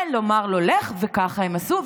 ולומר לו "לך", וככה הם עשו.